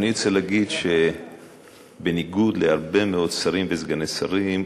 אני רוצה להגיד שבניגוד להרבה מאוד שרים וסגני שרים,